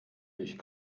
ich